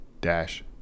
dash